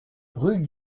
rue